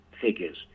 figures